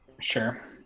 Sure